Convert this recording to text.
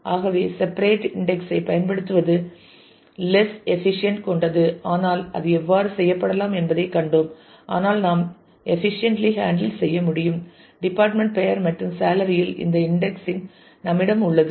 ஆகவே separate index ஐ பயன்படுத்துவது லெஸ் எபிஷியன்ட் கொண்டது ஆனால் அது எவ்வாறு செய்யப்படலாம் என்பதைக் கண்டோம் ஆனால் நாம் எபிஷியன்ட்லி ஹேண்டில் செய்ய முடியும் டிபார்ட்மெண்ட் பெயர் மற்றும் சேலரி இல் இந்த இன்டெக்ஸிங் நம்மிடம் உள்ளது